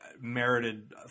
merited